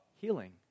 healing